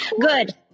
good